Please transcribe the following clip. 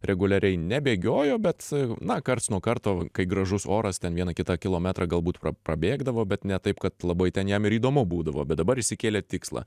reguliariai nebėgiojo bet na karts nuo karto kai gražus oras ten vieną kitą kilometrą galbūt pra prabėgdavo bet ne taip kad labai ten jam ir įdomu būdavo bet dabar išsikėlė tikslą